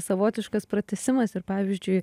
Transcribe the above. savotiškas pratęsimas ir pavyzdžiui